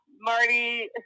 Marty